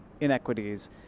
inequities